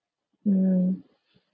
mm